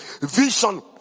vision